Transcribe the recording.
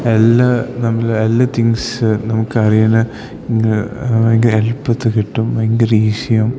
എല്ലാ നമ്മൾ എല്ലാ തിങ്സ് നമുക്ക് അറിയണ ഭയങ്കര എളുപ്പത്തിൽ കിട്ടും ഭയങ്കര ഈസിയാവും